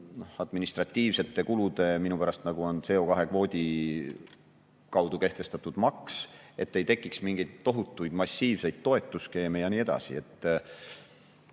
administratiivsete kulude, minu pärast nagu CO2-kvoodi kaudu kehtestatud maks, et ei tekiks mingeid tohutuid massiivseid toetusskeeme ja nii edasi. Toon